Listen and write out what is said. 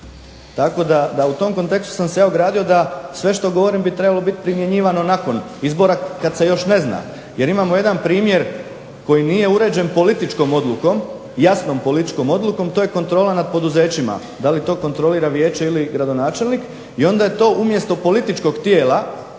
Tako da u tom kontekstu sam se ja ogradio da sve što govorim bi trebalo biti primjenjivano nakon izbora kad se još ne zna. Jer imamo jedan primjer koji nije uređen političkom odlukom, jasnom političkom odlukom. To je kontrola nad poduzećima. Da li to kontrolira vijeće ili gradonačelnik. I onda je to umjesto političkog tijela